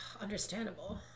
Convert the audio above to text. Understandable